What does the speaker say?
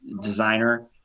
designer